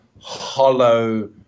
hollow